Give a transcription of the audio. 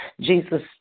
Jesus